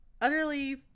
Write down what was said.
utterly